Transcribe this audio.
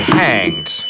hanged